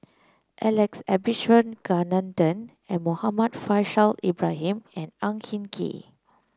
Alex Abisheganaden a Muhammad Faishal Ibrahim and Ang Hin Kee